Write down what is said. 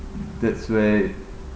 that's where